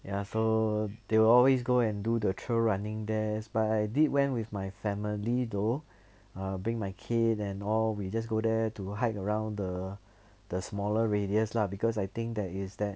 ya so they will always go and do the trail running there but I did went with my family though err bring my kid and all we just go there to hike around the the smaller radius lah because I think there is that